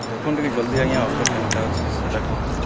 ଦେଖୁନ୍ ଟିକେ ଜଲ୍ଦି ଆଜ୍ଞା ଅଫର୍ କେନ୍ଟା ଅଛେ ସେଟା କହୁନ୍